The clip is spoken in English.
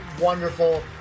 wonderful